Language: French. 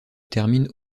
terminent